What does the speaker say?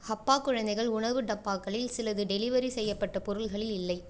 ஹப்பா குழந்தைகள் உணவு டப்பாக்களில் சிலது டெலிவரி செய்யப்பட்ட பொருட்களில் இல்லை